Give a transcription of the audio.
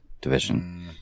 division –